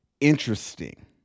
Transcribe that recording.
interesting